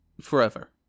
forever